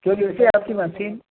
वैसे आपकी मसीन